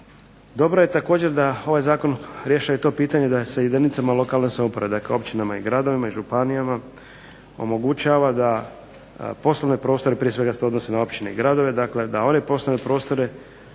Dobro je također da ovaj zakon rješava i to pitanje da se jedinicama lokalne samouprave, dakle općinama i gradovima i županijama omogućava da poslovne prostore, prije svega se to odnosi na općine i gradove, dakle da one poslovne prostore